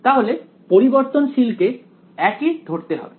তাহলে পরিবর্তনশীল কে একই ধরতে হবে